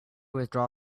withdraw